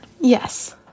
yes